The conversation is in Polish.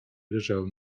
leżały